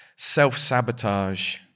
self-sabotage